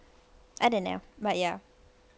I don't know but ya